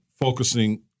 focusing